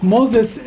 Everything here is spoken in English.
Moses